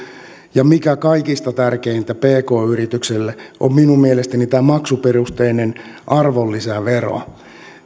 ja kaikista tärkeintä pk yritykselle on minun mielestäni tämä maksuperusteinen arvonlisävero